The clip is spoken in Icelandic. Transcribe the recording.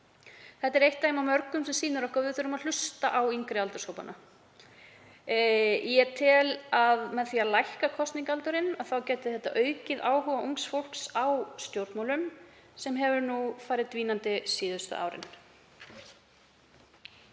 Þetta er eitt dæmi af mörgum sem sýnir okkur að við þurfum að hlusta á yngri aldurshópana. Ég tel að lægri kosningaaldur gæti aukið áhuga ungs fólks á stjórnmálum sem hefur farið dvínandi síðustu árin.